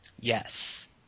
Yes